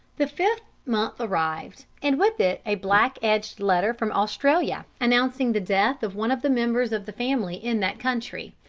the fifth month arrived, and with it a black-edged letter from australia, announcing the death of one of the members of the family in that country.